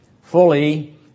fully